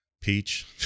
Peach